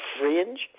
fringe